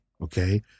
Okay